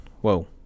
Whoa